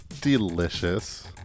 Delicious